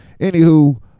anywho